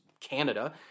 Canada